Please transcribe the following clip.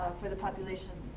for the population